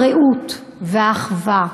הרעות והאחווה